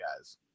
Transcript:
guys